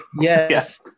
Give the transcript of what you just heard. Yes